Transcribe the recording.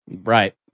Right